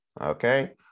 okay